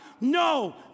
No